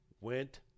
went